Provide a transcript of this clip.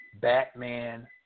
Batman